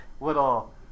little